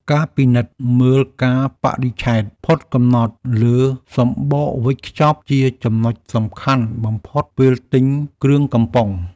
ការពិនិត្យមើលកាលបរិច្ឆេទផុតកំណត់លើសំបកវេចខ្ចប់ជាចំណុចសំខាន់បំផុតពេលទិញគ្រឿងកំប៉ុង។